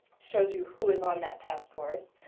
shows who who is on that task force.